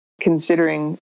considering